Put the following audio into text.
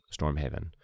Stormhaven